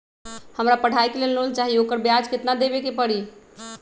हमरा पढ़ाई के लेल लोन चाहि, ओकर ब्याज केतना दबे के परी?